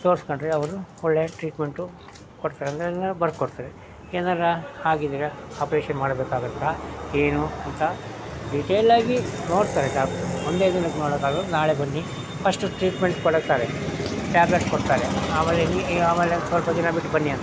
ತೋರಿಸ್ಕೊಂಡ್ರೆ ಅವರು ಒಳ್ಳೆಯ ಟ್ರೀಟ್ಮೆಂಟು ಕೊಡ್ತಾರೆ ಅಂದ್ರೆಲ್ಲ ಬರ್ಕೊಡ್ತಾರೆ ಏನಾದ್ರೂ ಆಗಿದ್ದರೆ ಆಪ್ರೇಷನ್ ಮಾಡ್ಬೇಕಾಗುತ್ತಾ ಏನು ಅಂತ ಡಿಟೈಲಾಗಿ ನೋಡ್ತಾರೆ ಡಾಕ್ಟ್ರು ಒಂದೇ ದಿನಕ್ಕೆ ನೋಡೋಕ್ಕಾಗೋಲ್ಲ ನಾಳೆ ಬನ್ನಿ ಫಶ್ಟು ಟ್ರೀಟ್ಮೆಂಟ್ ಕೊಡುತ್ತಾರೆ ಟ್ಯಾಬ್ಲೆಟ್ ಕೊಡ್ತಾರೆ ಆಮೇಲೆ ಆಮೇಲೆ ಸ್ವಲ್ಪ ದಿನ ಬಿಟ್ಟು ಬನ್ನಿ ಅಂತಾರೆ